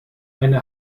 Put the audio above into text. eine